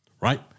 right